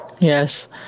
Yes